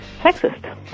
sexist